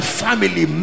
family